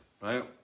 right